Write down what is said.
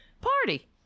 party